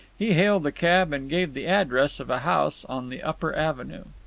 he hailed a cab and gave the address of a house on the upper avenue.